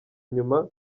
inyuma